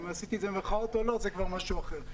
אם עשיתי את זה במירכאות או לא, זה כבר משהו אחר.